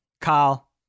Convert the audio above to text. Kyle